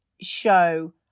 show